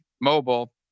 mobile